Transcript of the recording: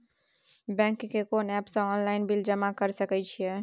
Bank के कोन app से ऑनलाइन बिल जमा कर सके छिए?